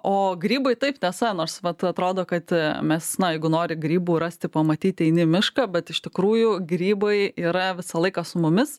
o grybai taip tiesa nors vat atrodo kad mes na jeigu nori grybų rasti pamatyti eini į mišką bet iš tikrųjų grybai yra visą laiką su mumis